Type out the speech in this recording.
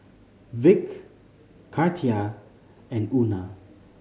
Vick Katia and Euna